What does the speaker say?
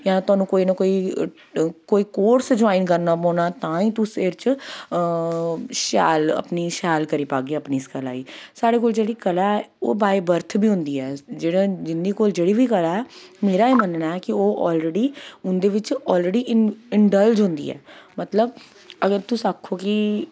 जां थाह्नू कोई ना कोई कोई कोर्स ज्वाईन करना पौनां तां ई तुस एह्दे च शैल अपनी शैल करी पागे अपनी इस कला ई साढ़े कोल जेह्ड़ी कला ऐ ओह् बाय बर्थ बी होंदी ऐ जिंदे कोल जेह्ड़ी बी कला ऐ मेरा एह् मनन्ना ऐ कि ओह् ऑलरेडी उंदे बिच ऑलरेडी इंडलज होंदी ऐ मतलब अगर तुस आक्खो कि